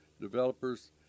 developers